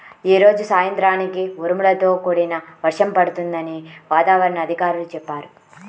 యీ రోజు సాయంత్రానికి ఉరుములతో కూడిన వర్షం పడుతుందని వాతావరణ అధికారులు చెప్పారు